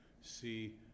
see